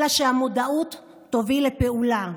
אלא שהמודעות תוביל לפעולה.